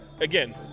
again